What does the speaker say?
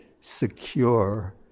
secure